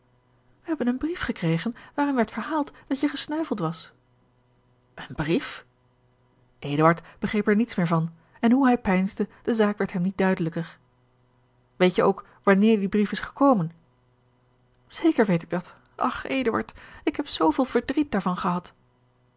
wij hebben een brief gekregen waarin werd verhaald dat je gesneuveld was een brief eduard begreep er niets meer van en hoe hij peinsde de zaak werd hem niet duidelijker weet je ook wanneer die brief is gekomen zeker weet ik dat ach eduard ik heb zooveel verdriet daarvan gehad